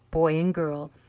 boy and girl,